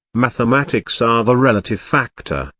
mathematics are the relative factor,